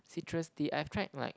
citrus tea I've tried like